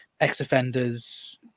ex-offenders